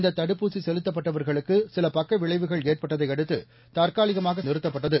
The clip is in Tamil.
இந்த தடுப்பூசி செலுத்தப்பட்டவர்களுக்கு சில பக்கவிளைவுகள் ஏற்பட்டதை அடுத்து தற்காலிகமாக நிறுத்தப்பட்டது